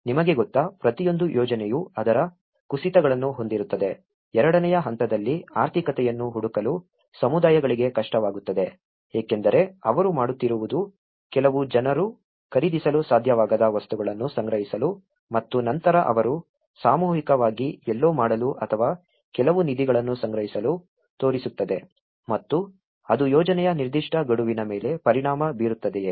ನಿಮಗೆ ಗೊತ್ತಾ ಪ್ರತಿಯೊಂದು ಯೋಜನೆಯು ಅದರ ಕುಸಿತಗಳನ್ನು ಹೊಂದಿರುತ್ತದೆ ಎರಡನೇ ಹಂತದಲ್ಲಿ ಆರ್ಥಿಕತೆಯನ್ನು ಹುಡುಕಲು ಸಮುದಾಯಗಳಿಗೆ ಕಷ್ಟವಾಗುತ್ತದೆ ಏಕೆಂದರೆ ಅವರು ಮಾಡುತ್ತಿರುವುದು ಕೆಲವು ಜನರು ಖರೀದಿಸಲು ಸಾಧ್ಯವಾಗದ ವಸ್ತುಗಳನ್ನು ಸಂಗ್ರಹಿಸಲು ಮತ್ತು ನಂತರ ಅವರು ಸಾಮೂಹಿಕವಾಗಿ ಎಲ್ಲೋ ಮಾಡಲು ಅಥವಾ ಕೆಲವು ನಿಧಿಗಳನ್ನು ಸಂಗ್ರಹಿಸಲು ತೋರಿಸುತ್ತದೆ ಮತ್ತು ಅದು ಯೋಜನೆಯ ನಿರ್ದಿಷ್ಟ ಗಡುವಿನ ಮೇಲೆ ಪರಿಣಾಮ ಬೀರುತ್ತದೆಯೇ